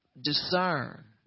discern